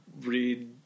read